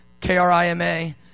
K-R-I-M-A